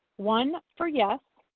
one for yes,